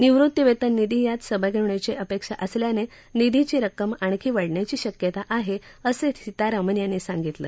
निवृत्तीवेतन निधीही यात सहभागी होण्याची अपेक्षा असल्यानं निधीची रक्कम आणखी वाढण्याची शक्यता आहे असं सीतारामन यांनी सांगितलं